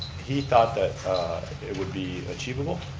he thought that it would be achievable.